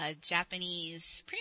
Japanese